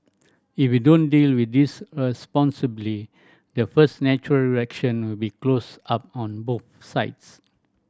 if we don't deal with this responsibly the first natural reaction will be close up on both sides